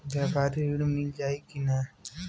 व्यापारी ऋण मिल जाई कि ना?